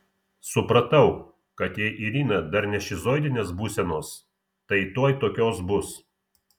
supratau kad jei irina dar ne šizoidinės būsenos tai tuoj tokios bus